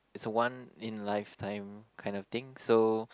it's a one in lifetime kind of thing so